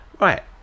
right